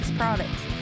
products